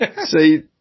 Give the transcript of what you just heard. See